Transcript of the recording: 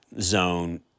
zone